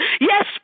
Yes